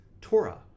Torah